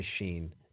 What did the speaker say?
machine